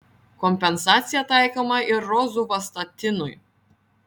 kompensacija taikoma ir rozuvastatinui